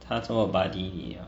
他做 buddy 你了